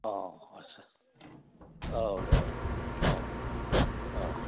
औ आस्सासा औ औ औ औ